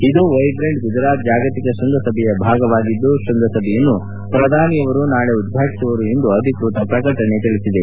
ಇದು ವೈಬ್ರೆಂಟ್ ಗುಜರಾತ್ ಜಾಗತಿಕ ಶೃಂಗಸಭೆಯ ಭಾಗವಾಗಿದ್ದು ಶೃಂಗಸಭೆಯನ್ನು ಪ್ರಧಾನಿ ಅವರು ನಾಳಿ ಉದ್ವಾಟಿಸುವರು ಎಂದು ಅಧಿಕೃತ ಪ್ರಕಟಣೆ ತಿಳಿಸಿದೆ